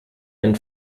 ein